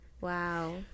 Wow